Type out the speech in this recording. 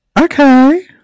Okay